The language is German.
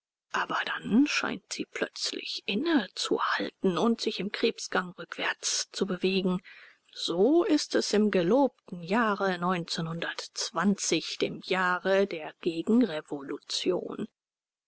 aber dann scheint sie plötzlich inne zu halten und sich im krebsgang rückwärts zu bewegen so ist es im gelobten jahre dem jahre der